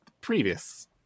previous